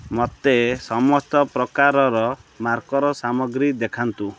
ମୋତେ ସମସ୍ତ ପ୍ରକାରର ମାର୍କର୍ ସାମଗ୍ରୀ ଦେଖାନ୍ତୁ